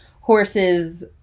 horses